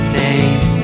name